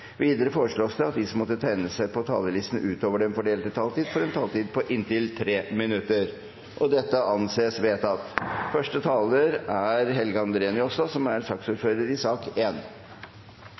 Videre blir det foreslått at de som måtte tegne seg på talerlisten utover den fordelte taletid, får en taletid på inntil 3 minutter. – Det anses vedtatt. Eg har på følelsen at det blir ein historisk dag, uansett kva for vedtak Stortinget måtta finna på å gjera i